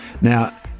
Now